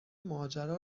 ماجرا